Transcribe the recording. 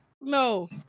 no